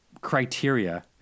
criteria